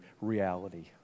reality